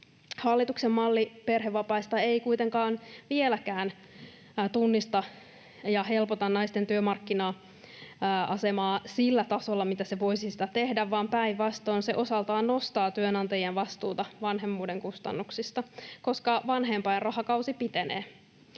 Hallituksen malli perhevapaista ei kuitenkaan vieläkään tunnista ja helpota naisten työmarkkina-asemaa sillä tasolla, millä se voisi sitä tehdä, vaan päinvastoin se osaltaan nostaa työnantajien vastuuta vanhemmuuden kustannuksista, koska vanhempainrahakausi pitenee.